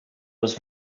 was